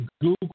Google